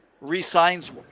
re-signs